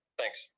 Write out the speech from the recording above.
thanks